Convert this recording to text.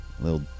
little